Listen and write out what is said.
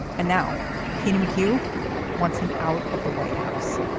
and now katie mchugh wants him out of the white house.